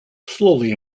slowly